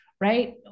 right